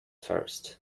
first